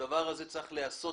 הדבר הזה צריך להיעשות,